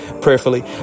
Prayerfully